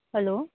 hello